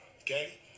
Okay